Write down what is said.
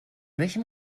welchem